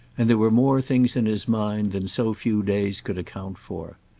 and there were more things in his mind than so few days could account for.